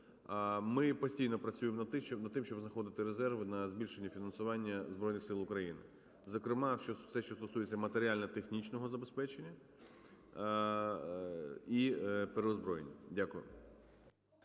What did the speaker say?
Ми постійно працюємо над тим, щоб знаходити резерви на збільшення фінансування Збройних Сил України, зокрема все, що стосується матеріально-технічного забезпечення і переозброєння. Дякую.